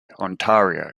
ontario